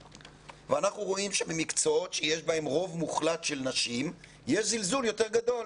ואנחנו רואים שבמקצועות שיש בהם רוב מוחלט של נשים יש זלזול יותר גדול,